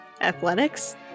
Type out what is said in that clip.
athletics